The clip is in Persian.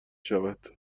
شود